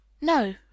No